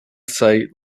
site